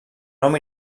nom